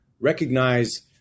recognize